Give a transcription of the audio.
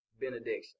benediction